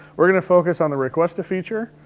we're gonna focus on the request a feature.